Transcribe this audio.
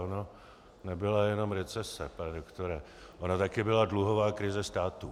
Ona nebyla jenom recese, pane doktore, ona taky byla dluhová krize státu.